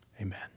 Amen